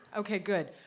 okay, good.